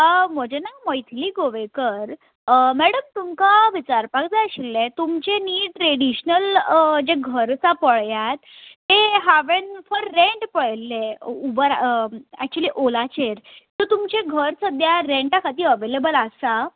म्हजें नांव मैत्ली गोवेकर मॅडम तुमकां विचारपाक जाय आशिल्लें तुमचें न्हय ट्रेडिश्नल जें घर आसा पळयात तें हांवें फॉर रँट पळयल्लें उबर एक्चली ओलाचेर सो तुमचें घर सद्याक रँटा खातीर अवेलेबल आसा